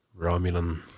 Romulan